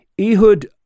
Ehud